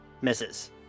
misses